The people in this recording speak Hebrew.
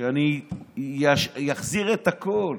שאני אחזיר את הכול.